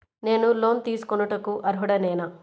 నేను లోన్ తీసుకొనుటకు అర్హుడనేన?